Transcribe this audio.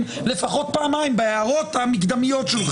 לפחות פעמיים בהערות המקדמיות שלך.